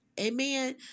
Amen